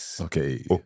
Okay